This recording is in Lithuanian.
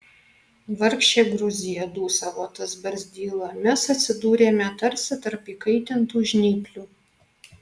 vargšė gruzija dūsavo tas barzdyla mes atsidūrėme tarsi tarp įkaitintų žnyplių